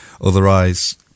otherwise